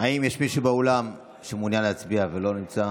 יש מישהו באולם שמעוניין להצביע ולא הצביע?